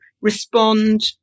respond